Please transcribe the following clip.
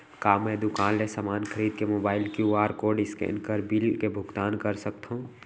का मैं दुकान ले समान खरीद के मोबाइल क्यू.आर कोड स्कैन कर बिल के भुगतान कर सकथव?